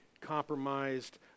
compromised